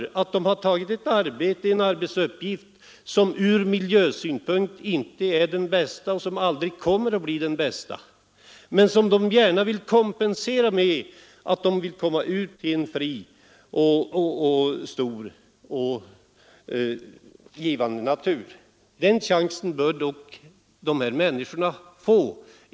De har tagit en arbetsuppgift som ur miljösynpunkt inte är den bästa och aldrig kommer att bli den bästa, men de vill gärna kompensera det med att komma ut i en fri, stor och givande natur. Den chansen bör dessa människor få.